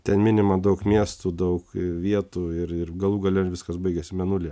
ten minima daug miestų daug vietų ir ir galų gale viskas baigiasi mėnulyje